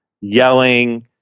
yelling